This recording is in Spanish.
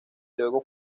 luego